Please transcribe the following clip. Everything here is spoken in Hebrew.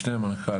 המשנה למנכ"ל,